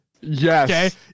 Yes